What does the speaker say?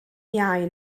iau